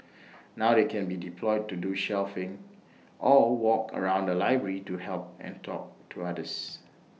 now they can be deployed to do shelving or walk around the library to help and talk to others